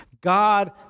God